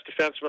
defenseman